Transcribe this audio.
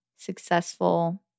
successful